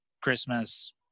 Christmas